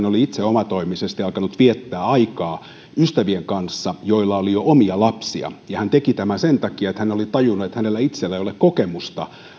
oli itse omatoimisesti alkanut viettää aikaa ystävien kanssa joilla oli jo omia lapsia hän teki tämän sen takia että hän oli tajunnut että hänellä itsellään ei ole kokemusta